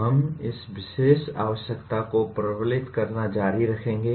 हम इस विशेष आवश्यकता को प्रबलित करना जारी रखेंगे